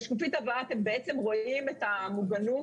בשקופית הבאה אתם רואים את המוגנות,